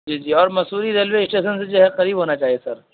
جی جی اور Mussoorie railway station سے جو قریب ہونا چاہیے سر